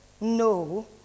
No